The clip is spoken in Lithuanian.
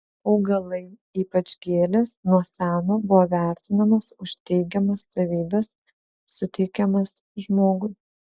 augalai ypač gėlės nuo seno buvo vertinamos už teigiamas savybes suteikiamas žmogui